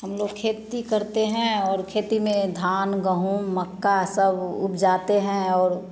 हम लोग खेती करते हैं और खेती में धान गहूँ मक्का सब उपजाते हैं और